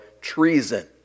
treason